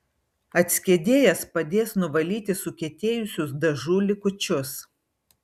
atskiedėjas padės nuvalyti sukietėjusius dažų likučius